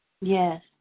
Yes